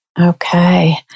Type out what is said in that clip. Okay